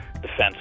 defense